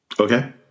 Okay